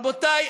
רבותי,